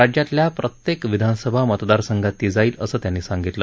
राज्यातल्या प्रत्येक विधानसभा मतदारसंघात ती जाईल असं त्यांनी सांगितलं